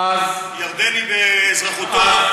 ירדני באזרחותו,